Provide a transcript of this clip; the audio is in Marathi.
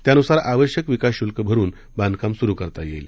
त्यानुसार आवश्यक विकास शुल्क भरून बांधकाम सुरु करता येईल